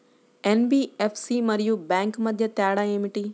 NBFC మరియు bank మధ్య తేడా ఏమిటీ?